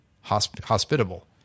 hospitable